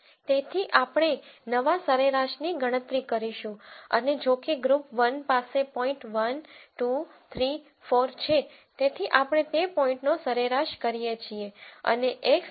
તેથી આપણે નવા સરેરાશની ગણતરી કરીશું અને જો કે ગ્રુપ 1 પાસે પોઇન્ટ 1 2 3 4 છે તેથી આપણે તે પોઈન્ટનો સરેરાશ કરીએ છીએ અને x 1